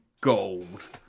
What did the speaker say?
gold